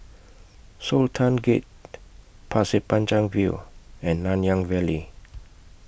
Sultan Gate Pasir Panjang View and Nanyang Valley